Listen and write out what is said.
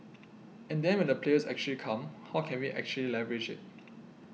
and then when the players actually come how can we actually leverage it